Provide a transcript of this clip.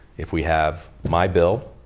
if we have my bill,